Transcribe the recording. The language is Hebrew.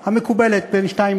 היה צריך לגמור אותם בתקנות.